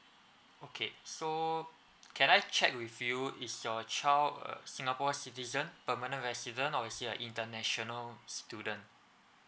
okay so can I check with you is your child a singapore citizen permanent resident or is he a international student